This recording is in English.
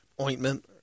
ointment